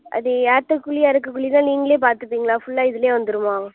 அது ஏத்தற கூலி எறக்குற கூலிலாம் நீங்களே பார்த்துப்பீங்களா ஃபுல்லாக இதுலேயே வந்துடுமா